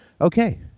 Okay